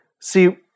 See